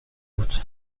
بود